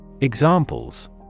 Examples